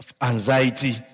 anxiety